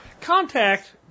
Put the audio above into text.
contact